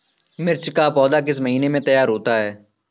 मिर्च की पौधा किस महीने में तैयार होता है?